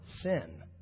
sin